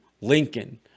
Lincoln